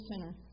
center